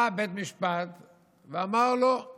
בא בית-המשפט ואמר: לא,